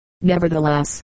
nevertheless